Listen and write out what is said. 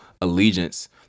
allegiance